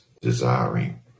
desiring